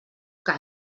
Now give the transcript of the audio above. que